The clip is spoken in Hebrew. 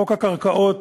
חוק הקרקעות,